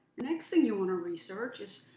next thing you want to research is,